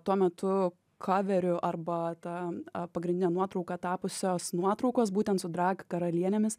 tuo metu kaveriu arba ta pagrindine nuotrauka tapusios nuotraukos būtent su drag karalienėmis